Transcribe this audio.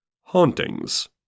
Hauntings